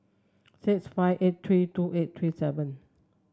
six five eight three two eight three seven